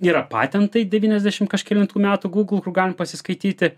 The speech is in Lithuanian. yra patentai devyniasdešim kažkelintų metų gugl kur galima pasiskaityti